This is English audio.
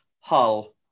Hull